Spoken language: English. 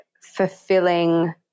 fulfilling